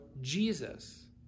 Jesus